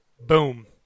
boom